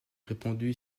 répondit